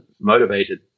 motivated